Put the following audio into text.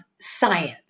science